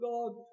God